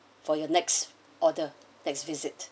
for your next order next visit